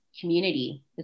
community